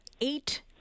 eight